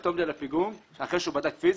שהוא יחתום לי על הפיגום אחרי שהוא בדק פיזית.